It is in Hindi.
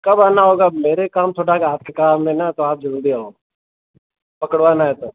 कब आना होगा मेरे काम थोड़ा है ना आपके काम है ना तो आप जल्दी आओ पकड़वाना है तो